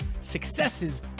successes